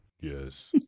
Yes